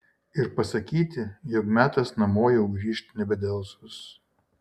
ir pasakyti jog metas namo jau grįžt nebedelsus